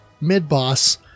mid-boss